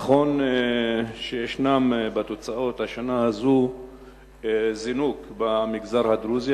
נכון שבתוצאות של השנה הזאת יש זינוק במגזר הדרוזי,